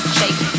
shake